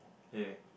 okay